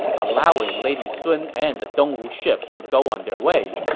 allowing lady sun and the dongwu ships to go on their way.